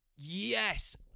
Yes